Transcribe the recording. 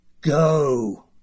go